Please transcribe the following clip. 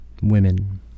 Women